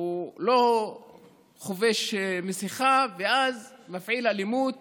הוא לא חובש מסכה, ואז מפעיל אלימות